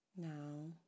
Now